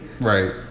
right